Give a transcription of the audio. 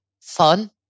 fun